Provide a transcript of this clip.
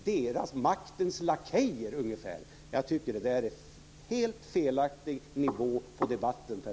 Det är en helt felaktig nivå på debatten, Per